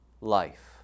life